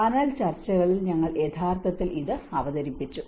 panel ചർച്ചകളിൽ ഞങ്ങൾ യഥാർത്ഥത്തിൽ ഇത് അവതരിപ്പിച്ചു